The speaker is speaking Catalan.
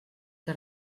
que